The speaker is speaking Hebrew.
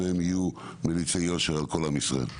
הם יהיו מליצי יושר על כל עם ישראל.